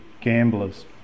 gamblers